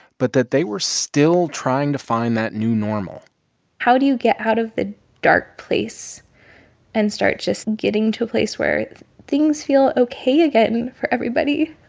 but that they were still trying to find that new normal how do you get out of the dark place and start just getting to a place where things feel ok again for everybody?